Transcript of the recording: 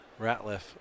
Ratliff